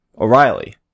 O'Reilly